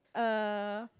uh